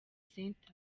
center